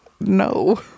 no